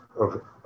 Okay